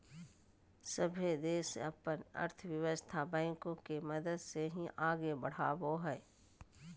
सभे देश अपन अर्थव्यवस्था बैंको के मदद से ही आगे बढ़ावो हय